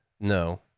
No